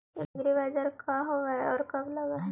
एग्रीबाजार का होब हइ और कब लग है?